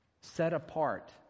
set-apart